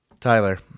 Tyler